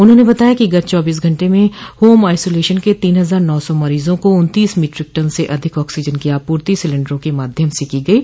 उन्होंने बताया कि गत चाबीस घंटे में होम आइसोलेशन के तीन हजार नौ सौ मरीजों को उन्तीस मीट्रिक टन से अधिक ऑक्सीजन की आपूर्ति सिलेण्डरों के माध्यम से की गयी